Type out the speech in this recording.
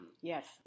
Yes